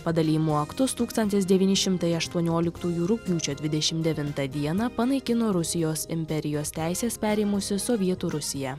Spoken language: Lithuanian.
padalijimo aktus tūkstantis devyni šimtai aštuonioliktųjų rugpjūčio dvidešim devintą dieną panaikino rusijos imperijos teises perėmusi sovietų rusija